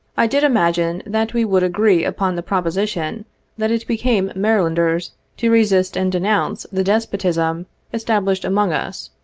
i did imagine that we would agree upon the proposition that it became marylauders to resist and denounce the despotism established among us,